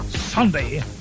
Sunday